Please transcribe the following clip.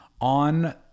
on